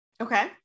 Okay